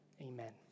amen